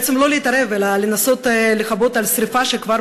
בעצם לא להתערב אלא לנסות לכבות שרפה שכבר